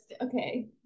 Okay